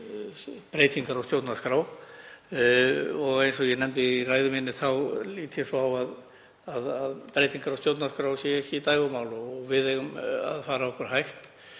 breytingar á stjórnarskrá, og eins og ég nefndi í ræðu minni lít ég svo á að breytingar á stjórnarskrá séu ekki dægurmál og að við eigum að fara okkur hægt.